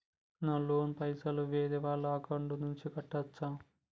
నా లోన్ పైసలు వేరే వాళ్ల అకౌంట్ నుండి కట్టచ్చా?